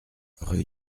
rue